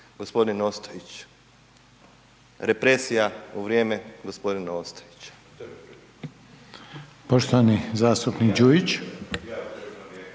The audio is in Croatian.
Gospodin Ostojić, represija u vrijeme gospodina Ostojića.